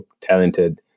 talented